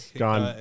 gone